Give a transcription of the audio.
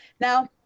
Now